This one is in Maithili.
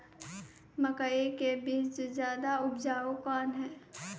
मकई के बीज ज्यादा उपजाऊ कौन है?